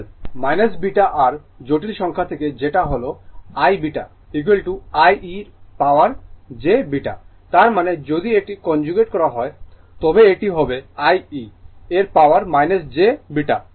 β r জটিল সংখ্যা থেকে যেটা হল I β I e এর পাওয়ার j β তার মানে যদি এটি কনজুগেট করা হয় তবে সময় দেখুন 2514 এটি হবে I e এর পাওয়ার j β